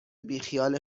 بیخیال